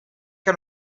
que